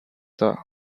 the